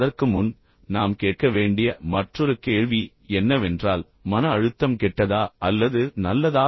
அதற்கு முன் நாம் கேட்க வேண்டிய மற்றொரு கேள்வி என்னவென்றால் மன அழுத்தம் கெட்டதா அல்லது நல்லதா